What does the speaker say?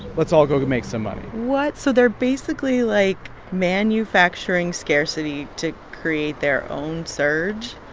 let's all go go make some money what? so they're basically, like, manufacturing scarcity to create their own surge.